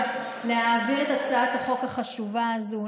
להעביר את הצעת החוק החשובה הזו,